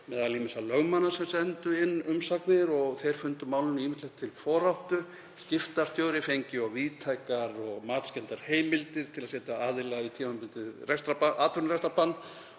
meðal ýmissa lögmanna sem sendu inn umsagnir og þeir fundu málinu ýmislegt til foráttu. Skiptastjóri fengi of víðtækar og matskenndar heimildir til að setja aðila í tímabundið atvinnurekstrarbann